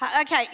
Okay